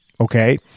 okay